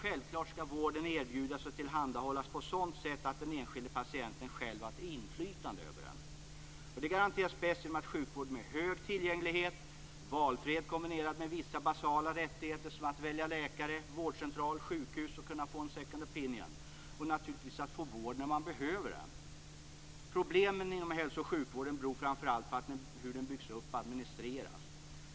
Självklart skall vården erbjudas och tillhandahållas på ett sådant sätt att den enskilde patienten själv har ett inflytande över den. Det garanteras bäst genom en sjukvård med hög tillgänglighet, valfrihet kombinerad med vissa basala rättigheter som att välja läkare, vårdcentral, sjukhus och kunna få en second opinion och naturligtvis att få vård när man behöver den. Problemen inom hälso och sjukvården beror framför allt på det sätt den byggts upp på och administreras.